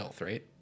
right